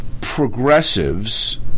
progressives